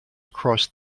across